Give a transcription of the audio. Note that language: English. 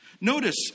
Notice